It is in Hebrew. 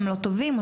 לא טובים,